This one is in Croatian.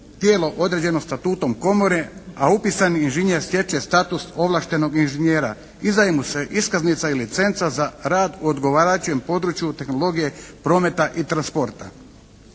tijelo određeno statutom komore, a upisani inženjer stječe status ovlaštenog inženjera, izdaje mu se iskaznica i licenca za rad u odgovarajućem području tehnologije, prometa i transporta.